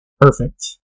Perfect